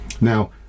Now